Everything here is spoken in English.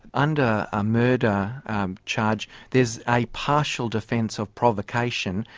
under a murder charge there is a partial defence of provocation.